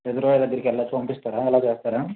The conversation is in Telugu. రిజర్వాయర్ దగ్గరకి పంపిస్తారా వెళ్ళనిస్తారా